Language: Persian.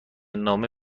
نامه